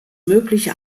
mögliche